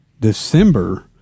December